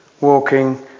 walking